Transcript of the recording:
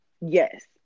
Yes